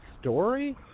story